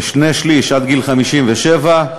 כשני-שלישים עד גיל 57,